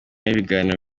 y’ibiganiro